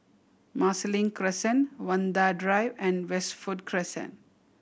Marsiling Crescent Vanda Drive and Westwood Crescent